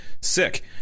Sick